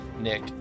Nick